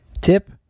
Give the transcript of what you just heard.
Tip